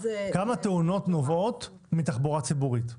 כמה תאונות נובעות מתחבורה ציבורית.